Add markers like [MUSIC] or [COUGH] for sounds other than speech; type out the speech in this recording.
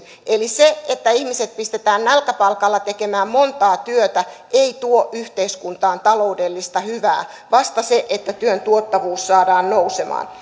eli se että ihmiset pistetään nälkäpalkalla tekemään montaa työtä ei tuo yhteiskuntaan taloudellista hyvää vaan vasta se että työn tuottavuus saadaan nousemaan [UNINTELLIGIBLE]